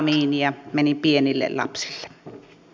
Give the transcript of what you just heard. melamiinia meni pienille lapsille